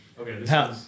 okay